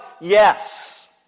Yes